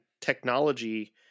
technology